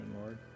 lord